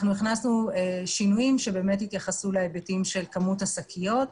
הכנסנו שינויים שהתייחסו להיבטים של כמות השקיות.